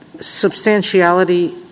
substantiality